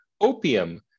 opium